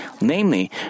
namely